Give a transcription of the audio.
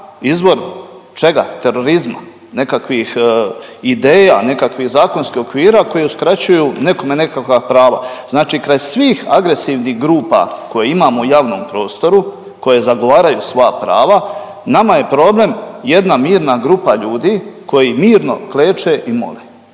izvor čega? Terorizma? Nekakvih ideja, nekakvih zakonskih okvira koji uskraćuju nekome nekakva prava. Znači kraj svih agresivnih grupa koje imamo u javnom prostoru koje zagovaraju svoja prava nama je problem jedna mirna grupa ljudi koji mirno kleče i mole.